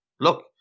Look